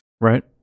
Right